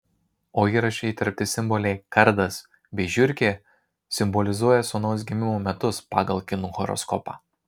o įraše įterpti simboliai kardas bei žiurkė simbolizuoja sūnaus gimimo metus pagal kinų horoskopą